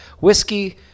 Whiskey